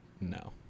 No